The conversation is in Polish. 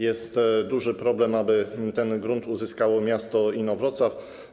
Jest duży problem, aby ten grunt uzyskało miasto Inowrocław.